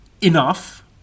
enough